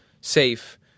safe